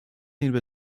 ihnen